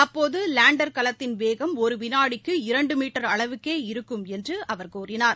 அப்போதுலேண்டர் கலத்தின் வேகம் ஒருவினாடிக்கு இரண்டுமீட்டர் அளவுக்கே இருக்கும் என்றுஅவர் கூறினார்